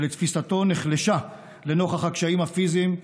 שלתפיסתו נחלשה לנוכח הקשיים הפיזיים,